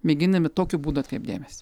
mėgindami tokiu būdu atkreipt dėmesį